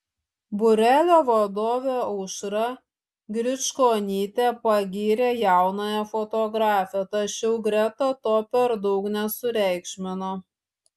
būrelio vadovė aušra griškonytė pagyrė jaunąją fotografę tačiau greta to per daug nesureikšmino